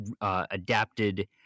Adapted